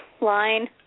line